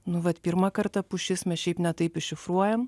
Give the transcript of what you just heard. nu vat pirmą kartą pušis mes šiaip ne taip iššifruojam